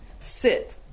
Sit